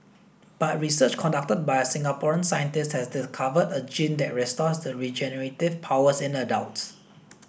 but research conducted by a Singaporean scientist has discovered a gene that restores the regenerative powers in adults